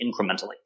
incrementally